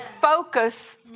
focus